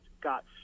got